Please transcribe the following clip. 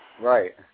Right